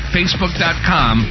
Facebook.com